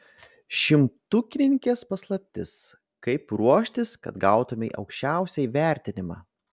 šimtukininkės paslaptis kaip ruoštis kad gautumei aukščiausią įvertinimą